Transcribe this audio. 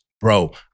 Bro